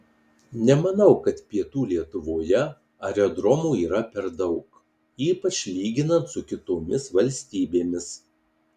nemanau kad pietų lietuvoje aerodromų yra per daug ypač lyginant su kitomis valstybėmis